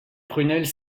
prunelles